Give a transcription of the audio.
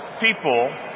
people